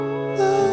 love